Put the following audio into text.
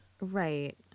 Right